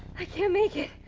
i can't make it.